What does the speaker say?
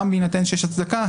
גם בהינתן שיש הצדקה,